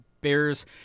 Bears